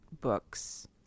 books